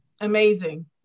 Amazing